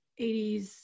80s